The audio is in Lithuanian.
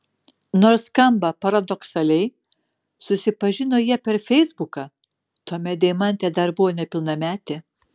nors skamba paradoksaliai susipažino jie per feisbuką tuomet deimantė dar buvo nepilnametė